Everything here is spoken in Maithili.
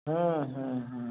हॅं हॅं हॅं